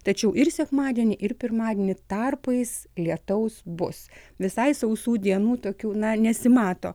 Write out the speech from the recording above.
tačiau ir sekmadienį ir pirmadienį tarpais lietaus bus visai sausų dienų tokių na nesimato